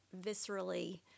viscerally